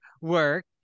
work